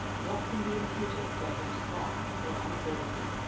what can be imputed but their sloth, or unability?